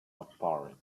apparent